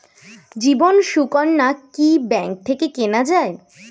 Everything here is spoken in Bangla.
জীবন সুকন্যা কি ব্যাংক থেকে কেনা যায়?